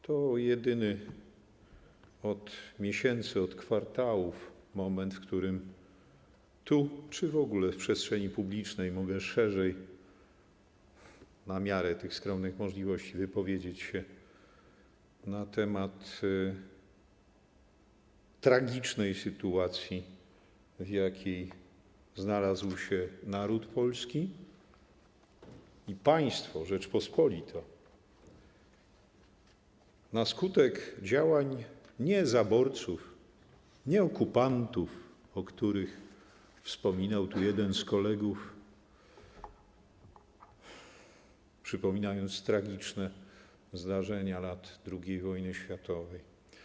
To jedyny od miesięcy, od kwartałów moment, w którym tu czy w ogóle w przestrzeni publicznej mogę szerzej, na miarę tych skromnych możliwości, wypowiedzieć się na temat tragicznej sytuacji, w jakiej znalazły się naród polski i państwo Rzeczpospolita na skutek działań nie zaborców, nie okupantów, o których wspominał tu jeden z kolegów, przypominając tragiczne zdarzenia lat II wojny światowej.